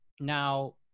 Now